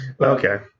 Okay